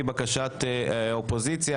המשותפת?